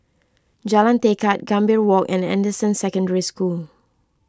Jalan Tekad Gambir Walk and Anderson Secondary School